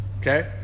Okay